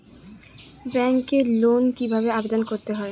ব্যাংকে লোন কিভাবে আবেদন করতে হয়?